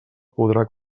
podrà